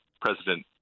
President